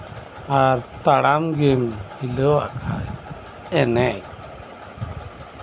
ᱟᱨ ᱛᱟᱲᱟᱢ ᱜᱮᱢ ᱦᱤᱞᱟᱹᱣ ᱟᱜ ᱠᱷᱟᱱ ᱮᱱᱮᱡ